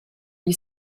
gli